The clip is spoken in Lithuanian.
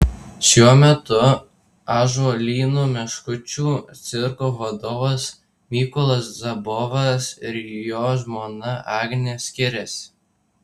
šiuo metu ąžuolyno meškučių cirko vadovas mykolas zobovas ir jo žmona agnė skiriasi